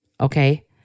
okay